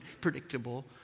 predictable